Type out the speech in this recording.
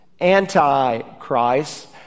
Antichrist